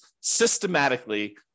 systematically